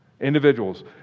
Individuals